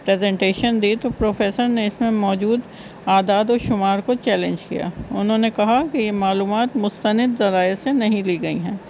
presentation دی تو professor نے اس میں موجود اعداد و شمار کو چیلنج کیا انہوں نے کہا کہ یہ معلومات مستند ذرائع سے نہیں لی گئی ہیں